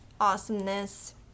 awesomeness